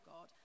God